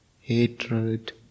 hatred